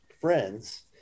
Friends